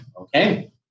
okay